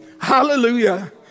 Hallelujah